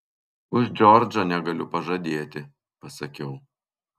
už džordžą negaliu pažadėti pasakiau